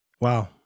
Wow